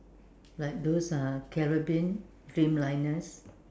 like those uh Caribbean dream liners